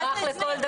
הוא אזרח לכל דבר.